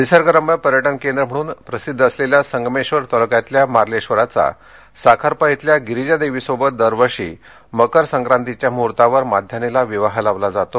निसर्गरम्य पर्यटन केंद्र म्हणून प्रसिद्ध असलेल्या संगमेश्वर तालुक्यातल्या मार्लेश्वराचा साखरपा इथल्या गिरिजादेवीसोबत दरवर्षी मकर संक्रांतीच्या मुहूर्तावर माध्यान्हीला विवाह लावला जातो